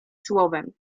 słowem